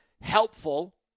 helpful